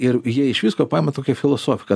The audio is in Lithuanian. ir jie iš visko paima tokią filosofiką